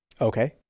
Okay